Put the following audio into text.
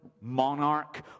monarch